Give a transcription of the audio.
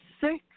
six